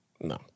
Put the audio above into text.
No